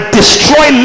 destroy